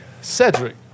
Cedric